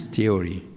theory